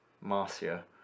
Marcia